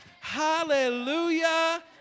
Hallelujah